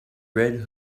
red